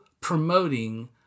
promoting